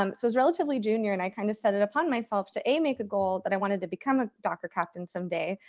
um so i was relatively junior, and i kind of set it upon myself to, a, make a goal that i wanted to become a docker captain someday.